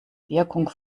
wirkung